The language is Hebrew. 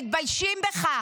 שהם מתביישים בך.